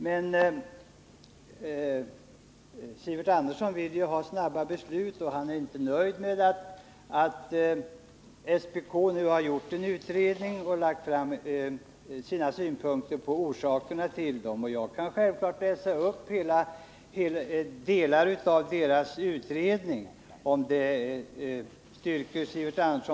Men Sivert Andersson vill ha snabba beslut, och han är inte nöjd med att SPK nu har gjort en utredning och lagt fram sina synpunkter på orsakerna till prisutvecklingen på boendeområdet. Jag kan självfallet referera delar av denna utredning, om det på något sätt styrker Sivert Andersson.